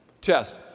Test